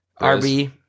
RB